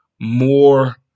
more